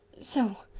so.